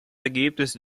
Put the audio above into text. ergebnis